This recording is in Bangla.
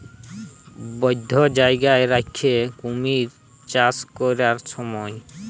বধ্য জায়গায় রাখ্যে কুমির চাষ ক্যরার স্যময়